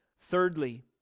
Thirdly